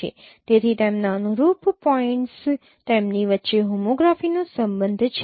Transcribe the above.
તેથી તેમના અનુરૂપ પોઇન્ટ્સ તેમની વચ્ચે હોમોગ્રાફીનો સંબંધ છે